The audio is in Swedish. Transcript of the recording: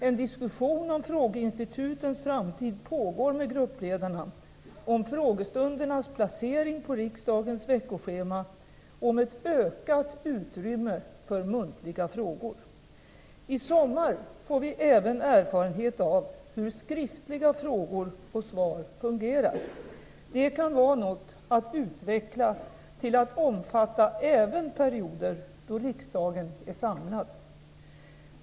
En diskussion om frågeinstitutens framtid pågår med gruppledarna, om frågestundernas placering på riksdagens veckoschema och om ett ökat utrymme för muntliga frågor. I sommar får vi även erfarenhet av hur skriftliga frågor och svar fungerar. Det kan vara något att utveckla till att omfatta även perioder då riksdagen är samlad.